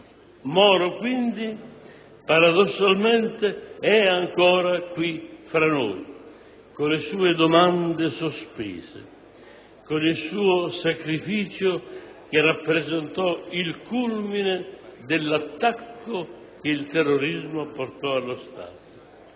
Moro, quindi, paradossalmente, è ancora qui fra noi, con le sue domande sospese, con il suo sacrificio che rappresentò il culmine dell'attacco che il terrorismo portò allo Stato;